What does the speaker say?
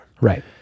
right